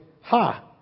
Ha